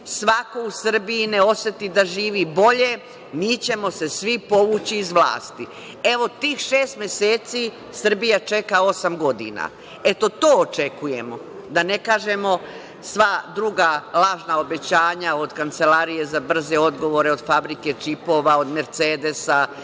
svako u Srbiji ne oseti da živi bolje, mi ćemo se svi povući iz vlasti. Tih šest meseci Srbija čeka osam godina. Eto to očekujemo, da ne kažemo sva druga lažna obećanja od kancelarije za brze odgovore, od fabrike čipova, od „Mercedesa“